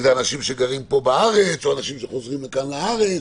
ואלה אנשים שגרים פה בארץ או אנשים שחוזרים לכאן לארץ,